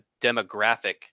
demographic